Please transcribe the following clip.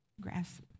grass